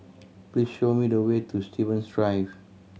please show me the way to Stevens Drive